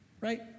Right